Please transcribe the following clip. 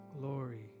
glory